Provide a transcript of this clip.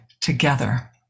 together